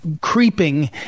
creeping